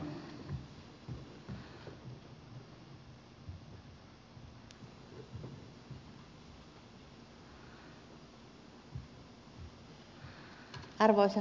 arvoisa puhemies